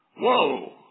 Whoa